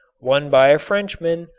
one by a frenchman,